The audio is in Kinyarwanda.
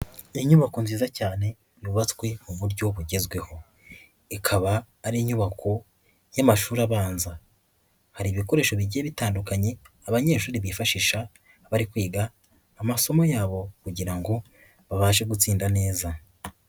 Iyo nyubako nziza cyane yubatswe mu buryo bugezweho. Ikaba ari inyubako y'amashuri abanza. Hari ibikoresho bigiye bitandukanye, abanyeshuri bifashisha bari kwiga amasomo yabo kugira ngo babashe gutsinda neza.